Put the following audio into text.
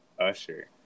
Usher